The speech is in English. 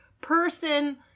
person